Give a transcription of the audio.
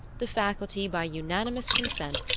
the faculty, by unanimous consent,